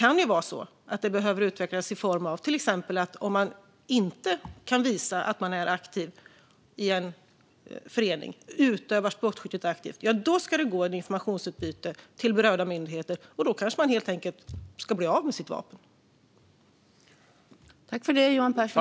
Kanske behöver man utveckla det hela på så sätt att om någon inte kan visa att denne är aktiv i en förening eller utövar sportskytte aktivt ska information om det gå till berörda myndigheter. Personen i fråga ska kanske helt enkelt bli av med sitt vapen i så fall.